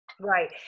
Right